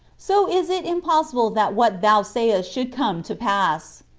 so is it impossible that what thou sayest should come to pass.